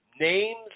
names